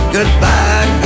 Goodbye